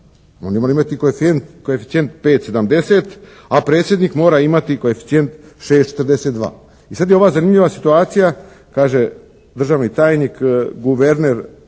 oni moraju imati koeficijent 5,70 a predsjednik mora imati koeficijent 6,42. I sad je ova zanimljiva situacija, kaže državni tajnik, guverner